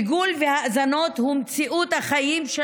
ריגול והאזנות הם מציאות החיים של